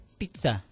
pizza